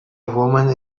woman